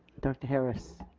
director harris.